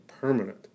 permanent